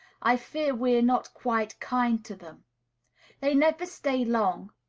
i fear we are not quite kind to them they never stay long,